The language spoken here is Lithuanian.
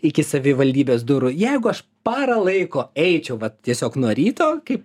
iki savivaldybės durų jeigu aš parą laiko eičiau vat tiesiog nuo ryto kaip